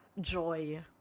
joy